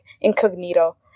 incognito